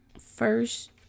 first